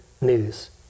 news